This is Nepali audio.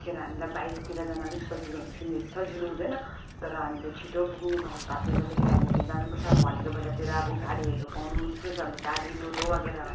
त्यतिखेर हामीलाई बाइकतिर जान अलिक सजिलो हुन्छ किन सजिलो हुँदैन तर हामीले छिटो पुग्नुको हतारले गर्दाखेरि हामी त्यहाँ जानुपर्छ भनेको बेलातिर अब गाडीहरू पाउनु मुस्किल छ अब गाडी टोटो वगेरा